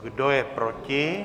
Kdo je proti?